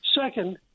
Second